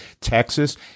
Texas